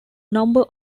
number